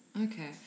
Okay